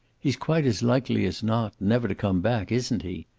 he's quite as likely as not never to come back, isn't he?